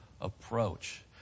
approach